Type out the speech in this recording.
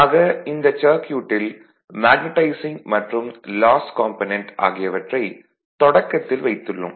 ஆக இந்தச் சர்க்யூட்டில் மேக்னடைசிங் மற்றும் லாஸ் காம்பனென்ட் ஆகியவற்றை தொடக்கத்தில் வைத்துள்ளோம்